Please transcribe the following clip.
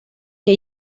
que